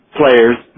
players